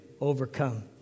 overcome